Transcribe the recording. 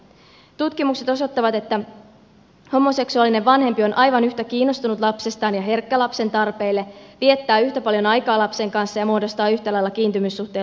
tutkimukset osoittavat että homoseksuaalinen vanhempi on aivan yhtä kiinnostunut lapsestaan ja herkkä lapsen tarpeille viettää yhtä paljon aikaa lapsen kanssa ja muodostaa yhtä lailla kiintymyssuhteen lapseen kuin heterovanhempikin